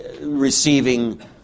receiving